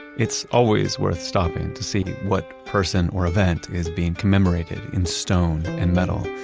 it's always worth stopping to see what person or event is being commemorated in stone and metal.